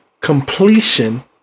completion